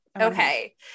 Okay